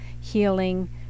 healing